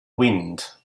wind